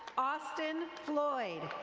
austin floyd.